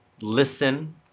listen